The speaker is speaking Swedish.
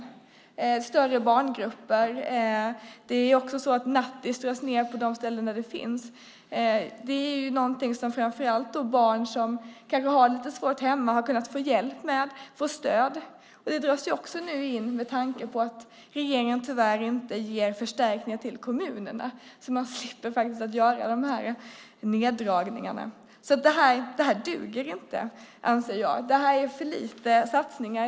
Det är större barngrupper. Man drar ned på nattis på de ställen där det finns. Det är någonting där framför allt barn som kanske har det lite svårt hemma har kunnat få hjälp och stöd. Detta dras ju nu också in eftersom regeringen tyvärr inte ger förstärkningar till kommunerna, så att de slipper göra de här neddragningarna. Det här duger inte, anser jag. Det här är för lite satsningar.